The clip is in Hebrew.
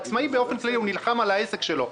עצמאי באופן כללי נלחם על העסק שלו.